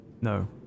No